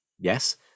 yes